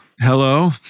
Hello